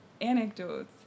anecdotes